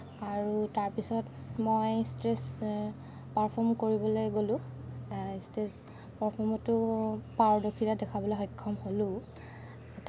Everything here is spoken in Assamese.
আৰু তাৰপিছত মই ষ্টেজ পাৰফৰ্ম কৰিবলৈ গ'লোঁ ষ্টেজ পাৰফৰ্মতো পাৰদৰ্শিতা দেখুৱাবলৈ সক্ষম হ'লোঁ